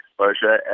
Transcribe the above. exposure